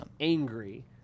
angry